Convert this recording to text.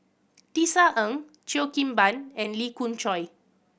Tisa Ng Cheo Kim Ban and Lee Khoon Choy